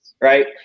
right